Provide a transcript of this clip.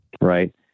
right